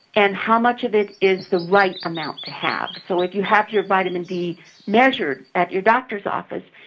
and how much of it is the right amount to have. so if you have your vitamin d measured at your doctor's office,